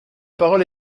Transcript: parole